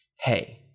hey